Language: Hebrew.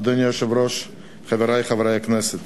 אדוני היושב-ראש, חברי חברי הכנסת,